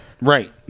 Right